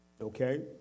okay